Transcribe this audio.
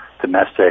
domestic